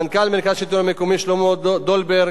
מנכ"ל מרכז השלטון המקומי שלמה דולברג,